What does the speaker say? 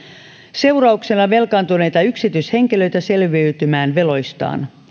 seurauksena velkaantuneita yksityishenkilöitä selviytymään veloistaan